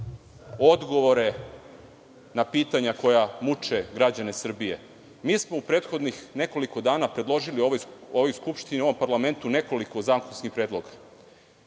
odgovore na pitanja koja muče građane Srbije. Mi smo u prethodnih nekoliko dana, predložili ovoj skupštini ovom parlamentu nekoliko zakonskih predloga.